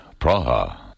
Praha